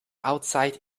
outside